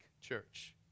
church